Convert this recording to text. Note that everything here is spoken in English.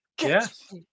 Yes